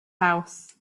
house